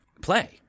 play